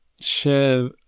share